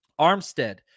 Armstead